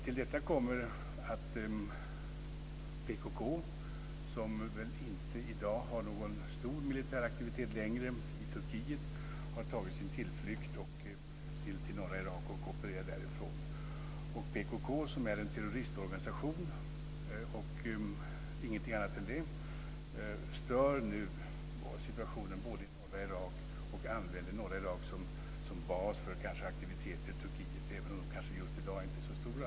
Till detta kommer att PKK, som väl i dag inte längre har någon stor militär aktivitet i Turkiet, har tagit sin tillflykt till norra Irak och opererar därifrån. PKK som är en terroristorganisation och ingenting annat stör nu situationen i norra Irak, och man använder kanske norra Irak som bas för aktiviteter i Turkiet, även om de just i dag kanske inte är så stora.